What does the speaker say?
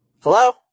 Hello